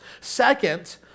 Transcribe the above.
Second